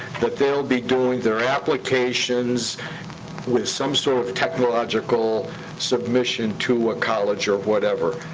that they'll be doing their applications with some sort of technological submission to a college or whatever,